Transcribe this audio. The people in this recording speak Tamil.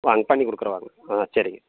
வாங்க பண்ணி கொடுக்கறோம் வாங்க ஆ சரிங்க